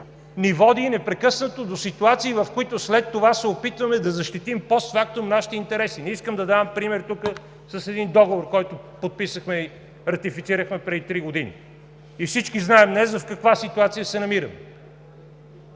ни води непрекъснато до ситуации, в които след това се опитваме да защитим постфактум нашите интереси! Не искам да давам пример тук с един договор, който подписахме и ратифицирахме преди три години – всички знаем днес в каква ситуация се намираме!